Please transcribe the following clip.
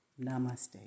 Namaste